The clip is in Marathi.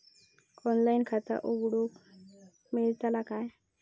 ऑनलाइन खाता उघडूक मेलतला काय?